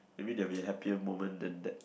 maybe there will be a happier moment than that